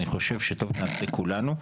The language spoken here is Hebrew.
אני חושב שטוב נעשה כולנו,